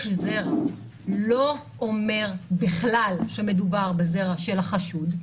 יש זרע, זה לא אומר בכלל שמדובר בזרע של החשוד.